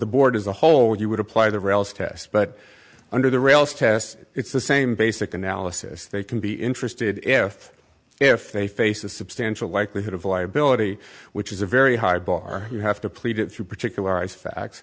the board as a whole you would apply the rails test but under the rails test it's the same basic analysis they can be interested if if they face a substantial likelihood of liability which is a very high bar you have to plead it through particular eyes facts